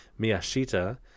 Miyashita